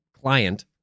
client